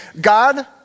God